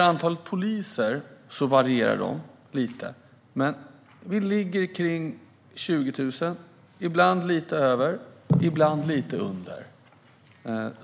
Antalet poliser varierar lite grann. Men antalet ligger kring 20 000 - ibland lite över och ibland lite under.